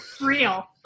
real